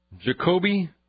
Jacoby